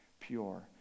pure